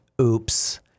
oops